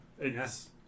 Yes